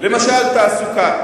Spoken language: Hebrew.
למשל תעסוקה,